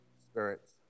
spirit's